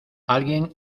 alguien